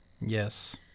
Yes